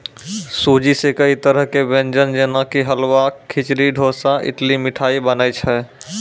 सूजी सॅ कई तरह के व्यंजन जेना कि हलवा, खिचड़ी, डोसा, इडली, मिठाई बनै छै